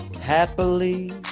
happily